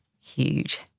huge